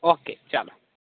okay ચાલો